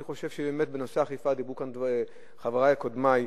אני חושב שבאמת דיברו על כך כאן חברי קודמי,